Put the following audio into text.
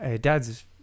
Dad's